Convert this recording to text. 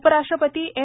उपराष्ट्रपती एम